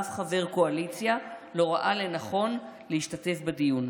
אף חבר קואליציה לא ראה לנכון להשתתף בדיון.